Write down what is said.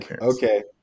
okay